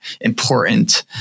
important